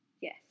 Yes